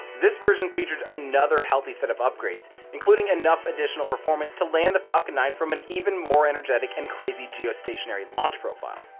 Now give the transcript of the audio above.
this version featured another healthy set of upgrades including enough additional performance to land the falcon nine from an even more energetic and crazy geostationary launch profile.